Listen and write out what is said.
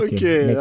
Okay